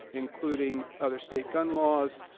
including other state gun laws,